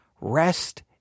Rest